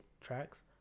tracks